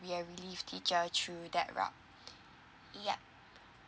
be a relief teacher through that route yup